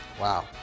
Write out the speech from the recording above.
Wow